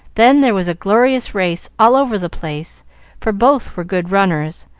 then there was a glorious race all over the place for both were good runners,